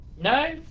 No